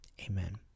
Amen